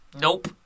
Nope